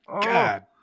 god